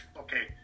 okay